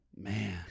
Man